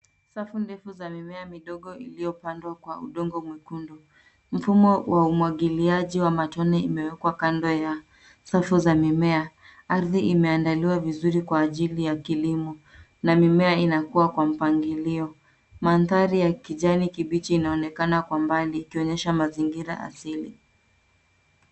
Safu ndefu za mimea midogo iliyopandwa kwa udongo mwekundu. Mfumo wa umwagiliaji wa matone imewekwa kando ya safu za mimea. Ardhi imeandaliwa vizuri kwa ajili ya kilimo na mimea inakua kwa mpangilio. Mandhari ya kijani kibichi inaonekana kwa mbali ikionyesha mazingira asili.